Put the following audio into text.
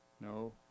No